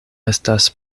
estas